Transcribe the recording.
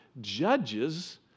judges